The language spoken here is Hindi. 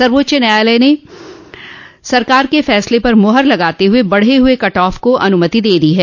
सर्वोच्च आदालत ने सरकार के फैसले पर मुहर लगाते हुए बढ़े हुए कटऑफ को अनुमति दे दी है